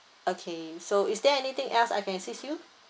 okay so is there anything else I can assist you